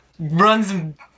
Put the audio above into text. Runs